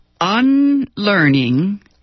unlearning